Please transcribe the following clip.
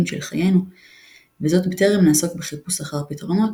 של חיינו וזאת בטרם נעסוק בחיפוש אחר פתרונות,